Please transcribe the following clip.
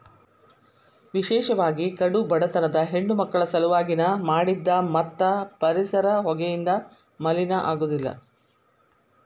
ವಿಶೇಷವಾಗಿ ಕಡು ಬಡತನದ ಹೆಣ್ಣಮಕ್ಕಳ ಸಲವಾಗಿ ನ ಮಾಡಿದ್ದ ಮತ್ತ ಪರಿಸರ ಹೊಗೆಯಿಂದ ಮಲಿನ ಆಗುದಿಲ್ಲ